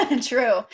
True